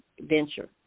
venture